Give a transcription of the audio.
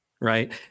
right